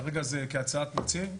כרגע זה כהצעת מציעים,